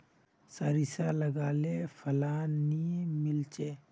सारिसा लगाले फलान नि मीलचे?